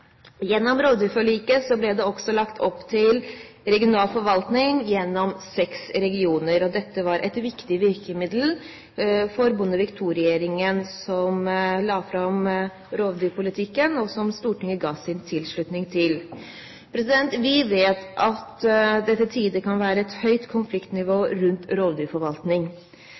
Gjennom rovdyrforliket ble det også lagt opp til regional forvaltning gjennom seks regioner. Dette var et viktig virkemiddel for Bondevik II-regjeringen, som la fram rovdyrpolitikken, og som Stortinget ga sin tilslutning til. Vi vet at det til tider kan være et høyt konfliktnivå rundt rovdyrforvaltning.